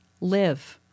live